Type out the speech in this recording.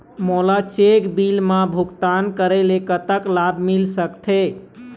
मोला cheque bill मा भुगतान करेले कतक लाभ मिल सकथे?